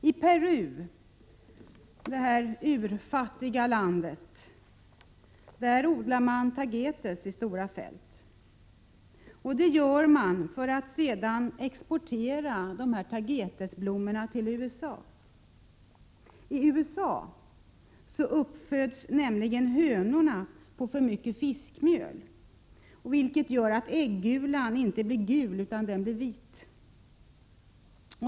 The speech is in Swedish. I Peru — detta utfattiga land — odlar man tagetes i stora fält, för att sedan exportera blommorna till USA. Där uppföds nämligen hönorna på för mycket fiskmjöl, vilket gör att äggulan inte blir gul utan vit.